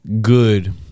good